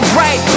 right